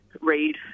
read